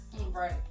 Right